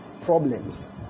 problems